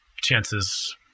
chances